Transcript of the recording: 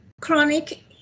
Chronic